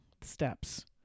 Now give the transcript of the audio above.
steps